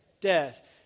Death